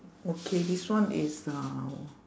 okay this one is uh